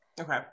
Okay